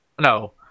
No